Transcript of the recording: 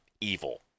evil